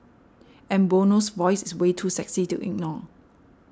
and Bono's voice is way too sexy to ignore